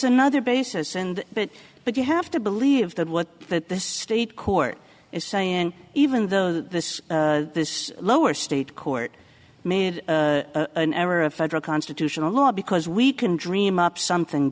another basis and it but you have to believe that what that the state court is saying even though this this lower state court made an error of federal constitutional law because we can dream up something